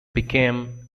became